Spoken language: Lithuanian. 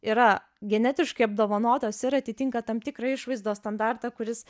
yra genetiškai apdovanotos ir atitinka tam tikrą išvaizdos standartą kuris